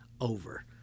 over